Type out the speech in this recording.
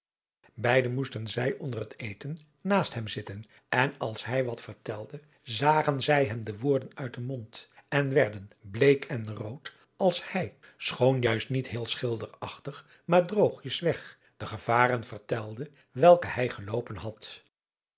beide moesten zij onder het eten naast hem zitten en als hij wat vertelde zagen zij hem de woorden uit den mond en werden bleek en rood als hij schoon juist niet heel schilderachtig maar droogjes weg de gevaren vertelde welke hij geloopen had